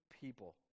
people